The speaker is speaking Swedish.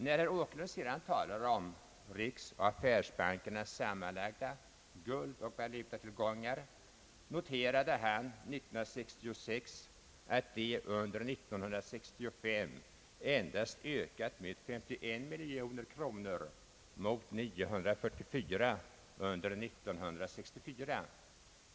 När det sedan gäller riksbankens och affärsbankernas sammanlagda guldoch valutatillgångar, noterar herr Åkerlund 1966 att de under 1965 endast ökat med 31 miljoner kronor mot 944 miljoner under 1964.